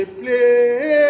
play